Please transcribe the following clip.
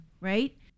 right